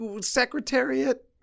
secretariat